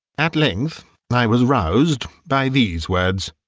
at length and i was roused by these words